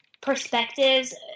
perspectives